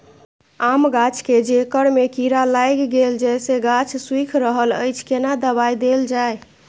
आम गाछ के जेकर में कीरा लाईग गेल जेसे गाछ सुइख रहल अएछ केना दवाई देल जाए?